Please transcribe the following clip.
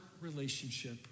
relationship